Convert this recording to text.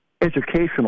educational